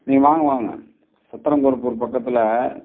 நீங்கள் வாங்க வாங்க சத்திரம் கருப்பூர் பக்கத்தில்